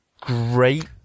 great